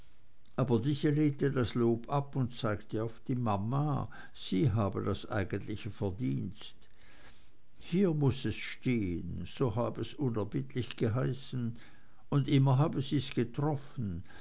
aber diese lehnte das lob ab und zeigte auf die mama die habe das eigentliche verdienst hier muß es stehen so habe es unerbittlich geheißen und immer habe sie's getroffen